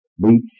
Beach